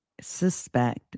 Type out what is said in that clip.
suspect